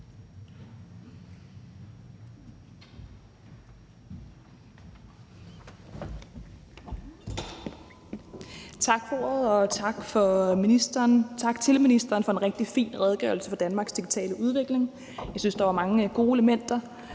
Tak for ordet, og tak til ministeren for en rigtig fin redegørelse om Danmarks digitale udvikling. Jeg synes, der var mange gode elementer,